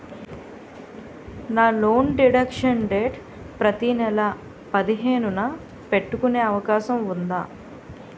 నా loan deduction date ప్రతి నెల పదిహేను న పెట్టుకునే అవకాశం ఉందా?